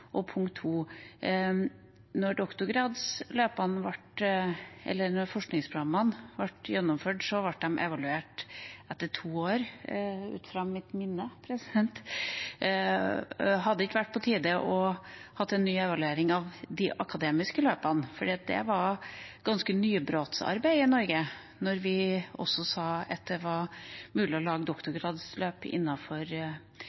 forskningsprogrammene ble gjennomført, ble de evaluert etter to år – ut fra mitt minne. Hadde det ikke vært på tide å ha en ny evaluering av de akademiske løpene, for det var litt nybrottsarbeid i Norge da vi også sa at det var mulig å lage